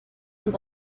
uns